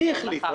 מי החליט?